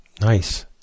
Nice